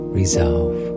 resolve